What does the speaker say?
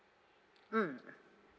mm